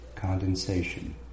condensation